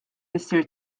missier